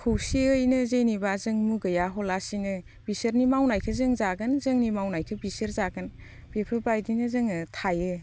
खौसेयैनो जेनेबा जों मुगैया हवालासिनो बिसोरनि मावनायखौ जों जागोन जोंनि मावनायखौ बिसोर जागोन बेफोरबायदिनो जोङो थायो